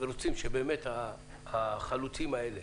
ורוצים שהחלוצים האלה